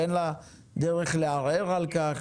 ואין לה דרך לערער על כך,